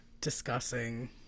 discussing